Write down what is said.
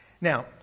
Now